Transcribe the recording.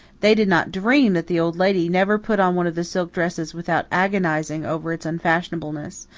they did not dream that the old lady never put on one of the silk dresses without agonizing over its unfashionableness,